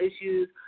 issues